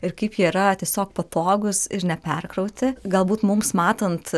ir kaip jie yra tiesiog patogūs ir neperkrauti galbūt mums matant